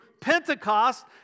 Pentecost